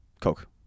Coke